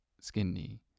skinny